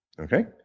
Okay